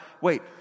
wait